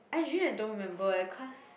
actually I don't remember eh cause